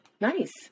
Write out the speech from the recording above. Nice